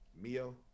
Mio